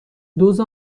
دُز